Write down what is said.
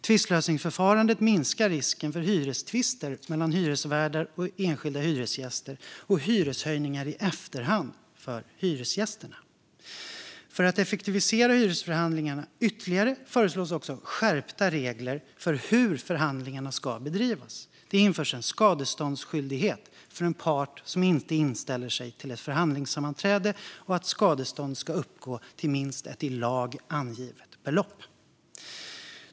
Tvistlösningsförfarandet minskar risken för hyrestvister mellan hyresvärdar och enskilda hyresgäster och hyreshöjningar i efterhand för hyresgästerna. För att effektivisera hyresförhandlingarna ytterligare föreslås också skärpta regler för hur förhandlingarna ska bedrivas. Det införs en skadeståndsskyldighet för en part som inte inställer sig till ett förhandlingssammanträde, och skadestånd ska uppgå till minst ett i lag angivet belopp.